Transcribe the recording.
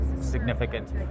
significant